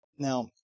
Now